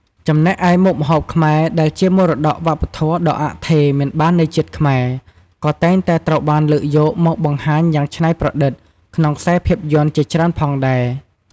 ចំណែកឯមុខម្ហូបខ្មែរ ដែលជាមរតកវប្បធម៌ដ៏អថេរមិនបាននៃជាតិខ្មែរ ក៏តែងតែត្រូវបានលើកយកមកបង្ហាញយ៉ាងឆ្នៃប្រឌិតក្នុងខ្សែភាពយន្តជាច្រើនផងដែរ។